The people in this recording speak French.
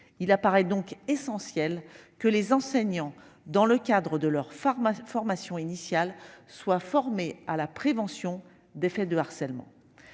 Il apparaît donc essentiel que les enseignants, dans le cadre de leur formation initiale, soient éduqués à la prévention des faits de harcèlement.